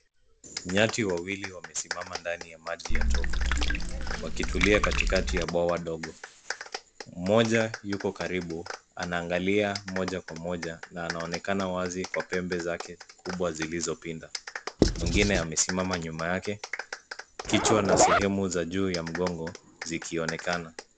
Nyati wawili wamesimama ndani ya maji ya tope. Wakutulia katikati ya bwawa dogo. Mmoja yuko karibu anaangalia moja kwa moja na anaonekana wazi kwa pembe zake kubwa zilizopinda. Mwingine amesimama nyuma yake, kichwa na sehemu za juu ya mgongo zikionekana.